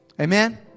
Amen